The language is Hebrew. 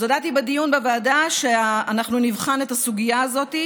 אז הודעתי בדיון בוועדה שאנחנו נבחן את הסוגיה הזאת,